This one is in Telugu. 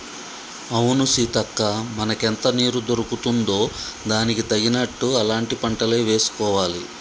అవును సీతక్క మనకెంత నీరు దొరుకుతుందో దానికి తగినట్లు అలాంటి పంటలే వేసుకోవాలి